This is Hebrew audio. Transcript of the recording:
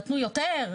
נתנו יותר,